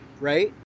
Right